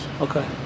Okay